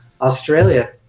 Australia